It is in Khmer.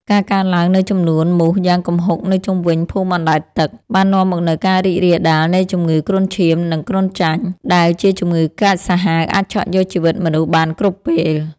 ការកើនឡើងនូវចំនួនមូសយ៉ាងគំហុកនៅជុំវិញភូមិអណ្តែតទឹក បាននាំមកនូវការរីករាលដាលនៃជំងឺគ្រុនឈាម និងគ្រុនចាញ់ ដែលជាជំងឺកាចសាហាវអាចឆក់យកជីវិតមនុស្សបានគ្រប់ពេល។